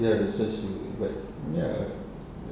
ya that's why she but ya